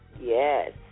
yes